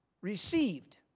received